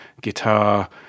guitar